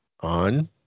on